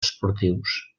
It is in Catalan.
esportius